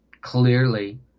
clearly